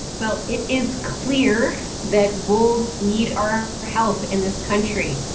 well, it is clear that wolves need our help in this country.